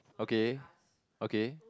okay okay